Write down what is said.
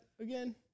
again